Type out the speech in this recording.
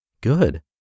Good